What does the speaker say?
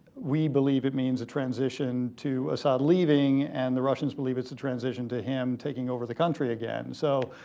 we believe it means a transition to assad leaving, leaving, and the russians believe its a transition to him taking over the country again. so